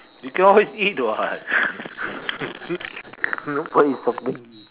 you can always eat [what] nobody is stopping you